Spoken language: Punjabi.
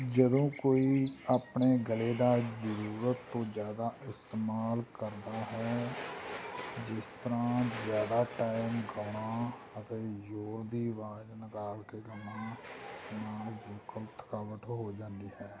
ਜਦੋਂ ਕੋਈ ਆਪਣੇ ਗਲੇ ਦਾ ਜ਼ਰੂਰਤ ਤੋਂ ਜ਼ਿਆਦਾ ਇਸਤੇਮਾਲ ਕਰਦਾ ਹੈ ਜਿਸ ਤਰ੍ਹਾਂ ਜ਼ਿਆਦਾ ਟਾਇਮ ਗਾਉਣਾ ਅਤੇ ਜ਼ੋਰ ਦੀ ਆਵਾਜ਼ ਨਿਕਾਲ ਕੇ ਗਾਉਣਾ ਉਸ ਨਾਲ ਬਿਲਕੁਲ ਥਕਾਵਟ ਹੋ ਜਾਂਦੀ ਹੈ